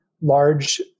large